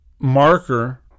Marker